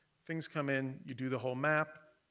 things come in, you do the whole map,